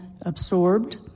absorbed